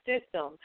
system